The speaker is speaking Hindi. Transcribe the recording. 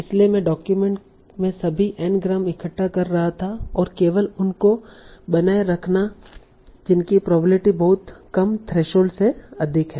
इसलिए मैं डॉक्यूमेंट में सभी n ग्राम इकट्ठा कर रहा था और केवल उन को बनाए रखना जिनकी प्रोबेबिलिटी बहुत कम थ्रेशोल्ड से अधिक है